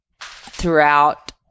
throughout